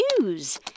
news